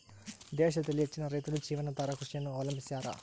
ದೇಶದಲ್ಲಿ ಹೆಚ್ಚಿನ ರೈತರು ಜೀವನಾಧಾರ ಕೃಷಿಯನ್ನು ಅವಲಂಬಿಸ್ಯಾರ